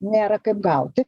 nėra kaip gauti